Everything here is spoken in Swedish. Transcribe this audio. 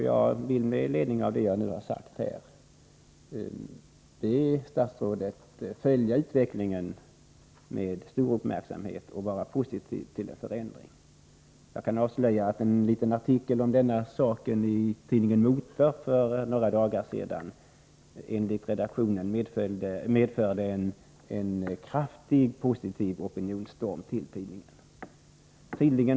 Jag vill med anledning av vad jag här sagt be statsrådet att följa utvecklingen med stor uppmärksamhet och vara positiv till en förändring. Jag skall avslöja att en liten artikel om denna sak i tidningen Motor för några dagar sedan enligt redaktionen medförde en kraftigt positiv opinionsström till tidningen.